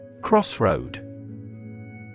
Crossroad